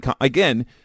again